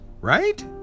Right